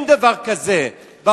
אני בטוח שאין דבר כזה בעולם,